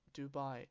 Dubai